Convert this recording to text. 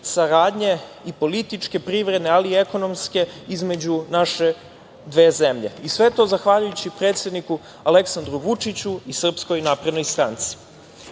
i političke, privredne, ali i ekonomske između naše dve zemlje, i sve to zahvaljujući predsedniku Aleksandru Vučiću i SNS.Drugi važan